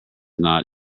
not